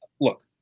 Look